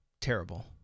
terrible